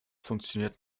funktioniert